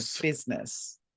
business